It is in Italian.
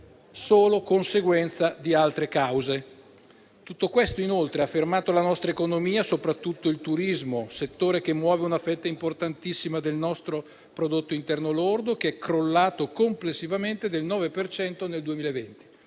in conseguenza di altre cause? Tutto questo inoltre ha fermato la nostra economia, soprattutto il turismo, un settore che muove una fetta importantissima del nostro prodotto interno lordo, che è crollato complessivamente del 9 per cento